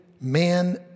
man